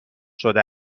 شده